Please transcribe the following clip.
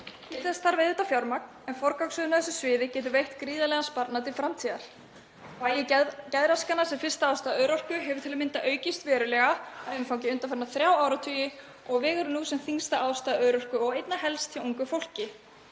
þess þarf fjármagn en forgangsröðun á þessu sviði getur veitt gríðarlegan sparnað til framtíðar. Vægi geðraskana sem fyrstu ástæðu örorku hefur til að mynda aukist verulega að umfangi undanfarna þrjá áratugi og vegur nú sem þyngsta ástæða örorku og einna helst hjá ungu fólki.